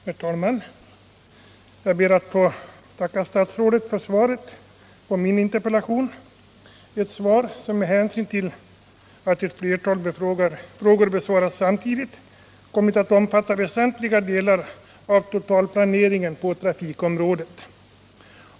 Herr talman! Jag ber att få tacka statsrådet för svaret på min interpellation, ett svar som med hänsyn till att ett flertal frågor besvaras samtidigt kommit att omfatta väsentliga delar av totalplaneringen på trafikområdet.